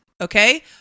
okay